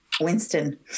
Winston